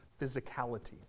physicality